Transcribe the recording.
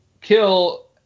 kill